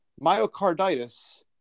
myocarditis